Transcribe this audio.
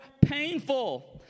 painful